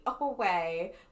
away